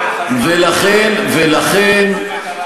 אדוני היושב-ראש וחברת הכנסת גלאון,